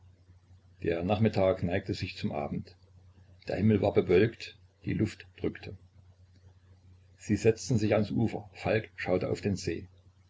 der nachmittag neigte sich zum abend der himmel war bewölkt die luft drückte sie setzten sich ans ufer falk schaute auf den see